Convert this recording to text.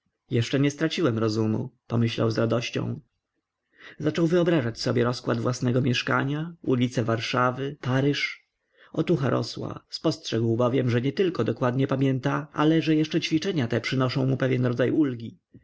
jeszcze nie straciłem rozumu pomyślał z radością zaczął wyobrażać sobie rozkład własnego mieszkania ulice warszawy paryż otucha rosła spostrzegł bowiem że nietylko dokładnie pamięta ale że jeszcze ćwiczenia te przynoszą mu pewien rodzaj ulgi